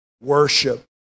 Worship